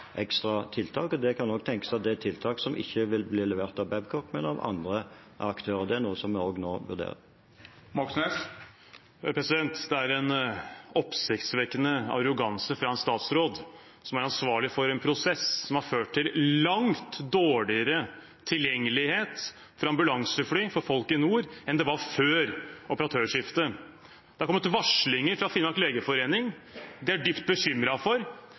tiltak som ikke vil bli levert av Babcock, men av andre aktører. Det er også noe vi vurderer nå. Bjørnar Moxnes – til oppfølgingsspørsmål. Det er en oppsiktsvekkende arroganse fra en statsråd som er ansvarlig for en prosess som har ført til langt dårligere tilgjengelighet for ambulansefly for folk i nord enn det var før operatørskiftet. Det har kommet varslinger fra Finnmark legeforening. De er dypt bekymret for